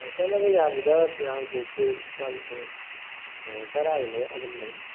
ꯑꯣ ꯆꯠꯅꯕ ꯌꯥꯕꯗ ꯐꯤꯌꯥꯟꯈꯣꯛꯁꯦ ꯂꯨꯄꯥ ꯂꯤꯁꯤꯡ ꯇꯔꯥꯒꯤ ꯃꯌꯥꯗ ꯂꯩ